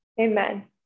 Amen